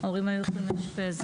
ההורים היו יכולים לאשפז.